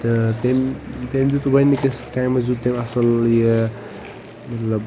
تہٕ تیٚمۍ تیٚمۍ دیُت گۄڈنِکِس ٹایمس دیُت تیٚمۍ اصل یہِ مطلب